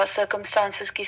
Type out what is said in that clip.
Circumstances